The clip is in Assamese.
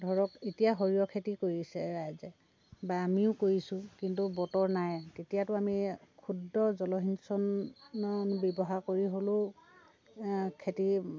ধৰক এতিয়া সৰিয়হ খেতি কৰিছে ৰাইজে বা আমিও কৰিছোঁ কিন্তু বতৰ নাই তেতিয়াতো আমি ক্ষুদ্ৰ জলসিঞ্চনৰ ব্যৱহাৰ কৰি হ'লেও খেতি